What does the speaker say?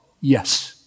Yes